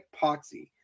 poxy